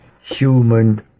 human